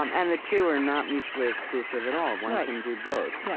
um and the two are not mutually exclusive at all one can do both. yeah